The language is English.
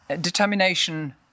determination